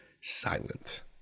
silent